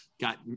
got